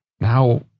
now